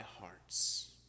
hearts